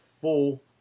full